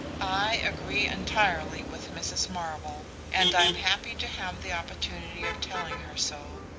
i agree entirely with mrs. marvell and i'm happy to have the opportunity of telling her so,